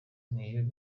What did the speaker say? niyo